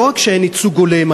לא רק שאין ייצוג הולם,